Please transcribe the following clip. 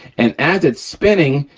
and as it's spinning,